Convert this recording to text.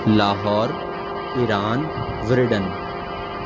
Lahore Iran Worden